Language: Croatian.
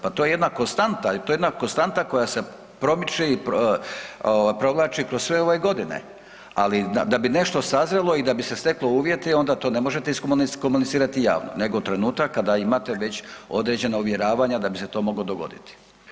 Pa to je jedna konstanta, to je jedna konstanta koja se promiče i provlači kroz sve ove godine, ali da bi nešto sazrjelo i da bi se steklo uvjeti onda to ne možete iskomunicirati javno nego trenutak kada imate već određena uvjeravanja da bi se to moglo dogoditi.